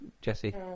Jesse